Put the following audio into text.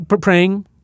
praying